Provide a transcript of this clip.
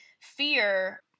fear